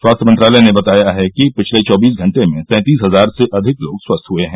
स्वास्थ्य मंत्रालय ने बताया कि पिछले चौबीस घंटे में तैंतीस हजार से अधिक लोग स्वस्थ हुए हैं